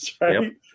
right